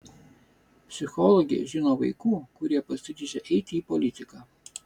psichologė žino vaikų kurie pasiryžę eiti į politiką